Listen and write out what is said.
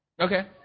Okay